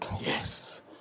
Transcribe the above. Yes